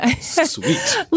sweet